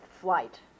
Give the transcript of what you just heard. flight